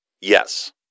yes